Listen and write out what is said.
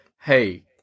hey